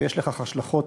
ויש לכך השלכות